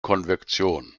konvektion